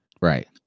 Right